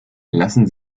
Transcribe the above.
lassen